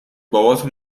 باباتو